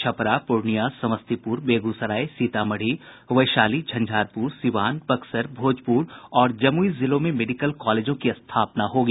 छपरापूर्णिया समस्तीपुर बेगूसराय सीतामढ़ी वैशाली झंझारपुर सिवान बक्सर भोजपुर और जमुई जिलों में मेडिकल कॉलेजों की स्थापना होगी